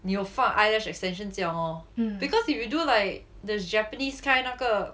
你有放 eyelash extensions 这样 lor because if you do like the japanese kind 那个